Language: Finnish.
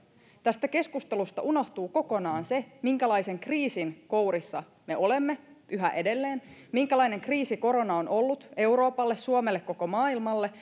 tästä keskustelusta unohtuu kokonaan se minkälaisen kriisin kourissa me olemme yhä edelleen minkälainen kriisi korona on ollut euroopalle suomelle koko maailmalle